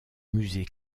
musée